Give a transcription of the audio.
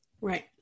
Right